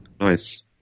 nice